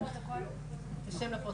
-- שלום,